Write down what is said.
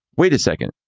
wait a second,